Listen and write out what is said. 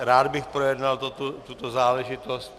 Rád bych projednal tuto záležitost.